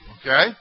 Okay